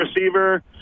receiver